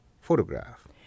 photograph